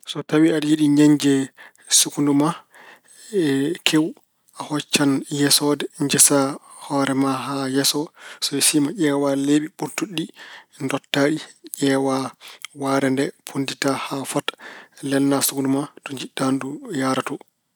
So tawi aɗa yiɗi ñeñde sukkundu ma e kewu, a hocc yesoode, njesa hoore ma haa yeso. So yesiima, ƴeewa leeɓi ɓurtuɗi ɗi, ndottaa ɗi. Ƴeewa wahre nde, ponndita haa fota. Lelna sukkundu ma to njiɗɗa ndu yahra to.